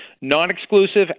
Non-exclusive